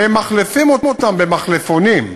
ממחלפים אותם במחלפונים,